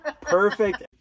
Perfect